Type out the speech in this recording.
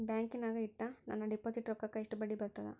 ಬ್ಯಾಂಕಿನಾಗ ಇಟ್ಟ ನನ್ನ ಡಿಪಾಸಿಟ್ ರೊಕ್ಕಕ್ಕ ಎಷ್ಟು ಬಡ್ಡಿ ಬರ್ತದ?